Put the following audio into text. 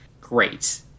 great